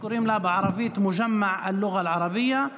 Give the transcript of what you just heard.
שקוראים לה בערבית "מוג'מה אל-לוע'ה אל-ערבייה",